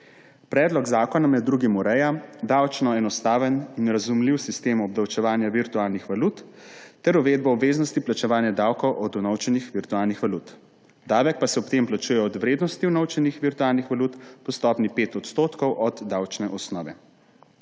Predlog zakona med drugim ureja davčno enostaven in razumljiv sistem obdavčevanja virtualnih valut ter uvedbo obveznosti plačevanja davkov od unovčenih virtualnih valut, davek pa se ob tem plačuje od vrednosti unovčenih virtualnih valut po stopnji 5 % od davčne osnove.